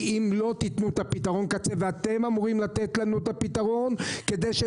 כי אם לא תתנו לנו את פתרון הקצה שאתם אמורים לתת לנו כדי שהם